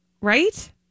Right